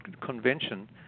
convention